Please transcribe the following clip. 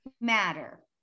matter